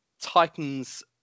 Titans